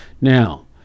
Now